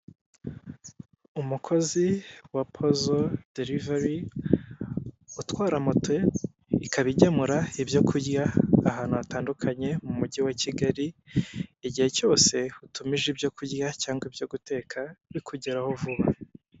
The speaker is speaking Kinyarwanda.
Umukozi wa pozo derivari utwara moto ikaba igemura ibyo kurya ahantu hatandukanye mu mujyi wa Kigali, igihe cyose utumije ibyo kurya cyangwa ibyo guteka bikugeraho vuba.